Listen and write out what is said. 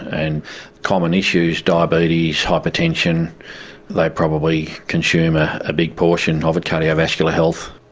and common issues diabetes, hypertension they probably consume a big proportion of it, cardiovascular health.